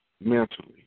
mentally